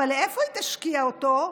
אבל איפה היא תשקיע אותו?